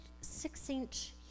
Six-inch